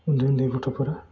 उन्दै उन्दै गथ'फोर